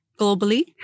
globally